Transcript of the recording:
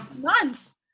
months